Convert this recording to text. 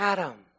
Adam